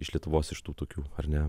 iš lietuvos iš tų tokių ar ne